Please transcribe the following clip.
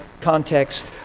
context